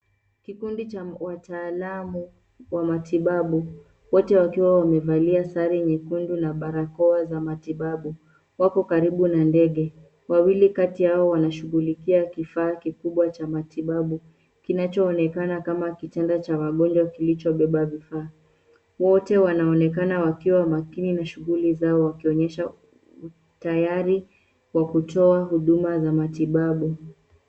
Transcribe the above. Kikundi cha wataalum wa matibabu wote wakiwa wamevalia sare nyekundu na barakoa za matibabu wako karibu na ndege. Wawili kati yao wanashughulikia kifaa kikubwa cha matibabu kinachoonekana kama kitanda cha wagonjwa kilichobeba vifaa. Wote wanaonekana wakiwa makini na shughuli zao wakionyesha utayari wa kutoa huduma za matibabu.